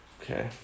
Okay